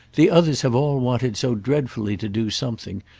the others have all wanted so dreadfully to do something,